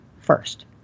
first